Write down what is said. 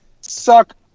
suck